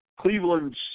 Cleveland's